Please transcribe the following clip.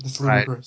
Right